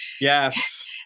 Yes